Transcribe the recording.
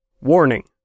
Warning